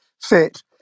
fit